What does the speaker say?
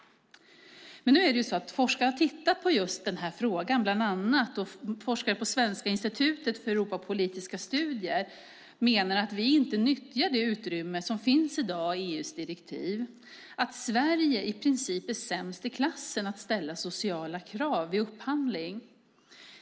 Nu är det så att forskare har tittat närmare på just den här frågan. Bland annat forskare på Svenska institutet för europapolitiska studier menar att vi inte nyttjar det utrymmet som finns i dag i EU:s direktiv, att Sverige i princip är sämst i klassen på att ställa sociala krav vid upphandling.